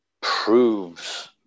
proves